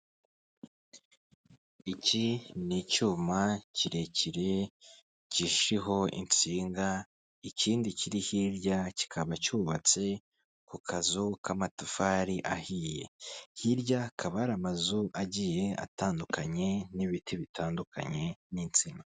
Iki ni icyuma kirekire ginshijeho insinga ikindi, kiri hirya kikaba cyubatse ku kazu k'amatafari ahiye, hirya kaba hari amazu agiye atandukanye n'ibiti bitandukanye n'insina.